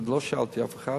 לא שאלתי אף אחד,